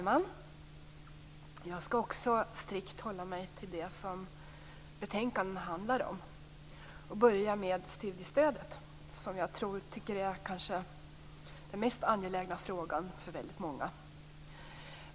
Fru talman! Också jag skall hålla mig strikt till det betänkandet handlar om. Jag skall börja med studiestödet, som jag tycker är den kanske mest angelägna frågan för väldigt många.